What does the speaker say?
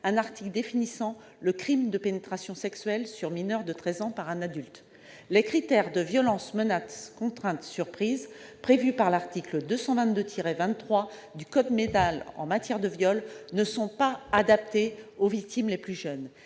un article définissant le crime de pénétration sexuelle sur mineur de treize ans par un adulte. Les critères de « violence, contrainte, menace ou surprise » prévus par l'article 222-23 du code pénal en matière de viol ne sont pas adaptés aux victimes les plus jeunes.